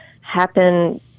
happen